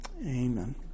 amen